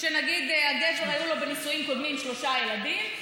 שנניח לגבר היו מנישואים קודמים שלושה ילדים,